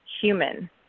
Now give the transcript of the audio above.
human